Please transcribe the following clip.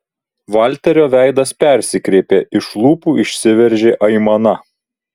valterio veidas persikreipė iš lūpų išsiveržė aimana